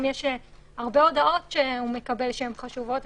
יש הרבה הודעות שהוא מקבל שהן חשובות,